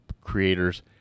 creators